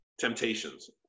temptations